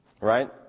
Right